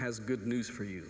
has good news for you